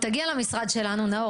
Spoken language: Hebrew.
המציאות שלנו היום